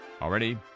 Already